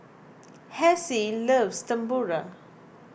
Hezzie loves Tempura